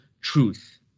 truth